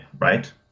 right